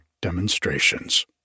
demonstrations